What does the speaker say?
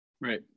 Right